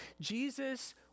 Jesus